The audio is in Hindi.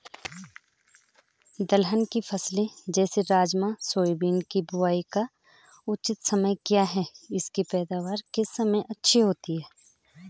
दलहनी फसलें जैसे राजमा सोयाबीन के बुआई का उचित समय क्या है इसकी पैदावार किस समय अच्छी होती है?